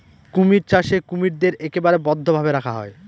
কুমির চাষে কুমিরদের একেবারে বদ্ধ ভাবে রাখা হয়